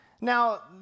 Now